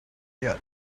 yet